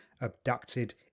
abducted